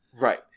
right